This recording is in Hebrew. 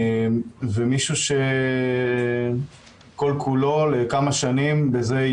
ומישהו שכל כולו יהיה בזה לכמה שנים.